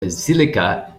basilica